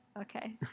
Okay